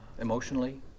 emotionally